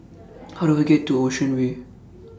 How Do I get to Ocean Way